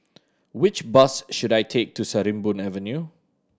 which bus should I take to Sarimbun Avenue